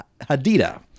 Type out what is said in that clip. Hadida